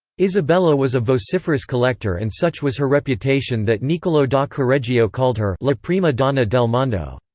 isabella was a vociferous collector and such was her reputation that niccolo da corregio called her la prima donna del mondo.